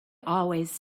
always